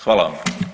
Hvala vam.